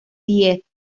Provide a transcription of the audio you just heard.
diez